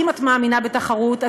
אם את מאמינה בתחרות,